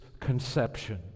conception